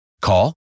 Call